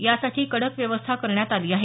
यासाठी कडक व्यवस्था करण्यात आली आहे